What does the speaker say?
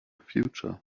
future